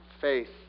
faith